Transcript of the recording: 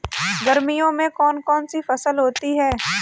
गर्मियों में कौन कौन सी फसल होती है?